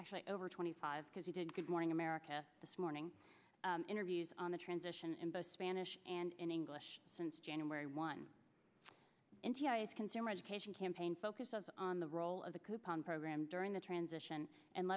actually over twenty five because he did good morning america this morning interviews on the transition in both spanish and in english since january one in t i s consumer education campaign focuses on the role of the coupon program during the transition and